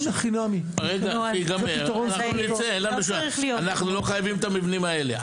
אנחנו לא חייבים את המבנים האלה,